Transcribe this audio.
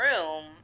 room